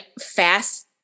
fast